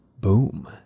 Boom